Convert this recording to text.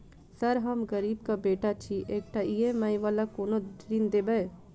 Sir हम गरीबक बेटा छी एकटा ई.एम.आई वला कोनो ऋण देबै?